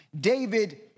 David